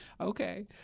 Okay